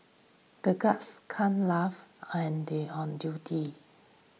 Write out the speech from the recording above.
the guards can't laugh on duty